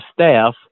staff